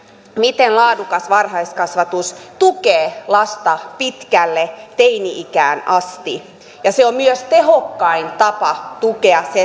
miten laadukas varhaiskasvatus tukee lasta pitkälle teini ikään asti se on myös tehokkain tapa tukea